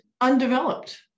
undeveloped